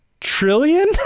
trillion